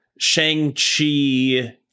Shang-Chi